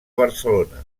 barcelona